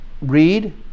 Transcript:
read